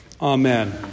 Amen